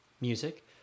Music